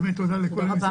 באמת תודה לכולם,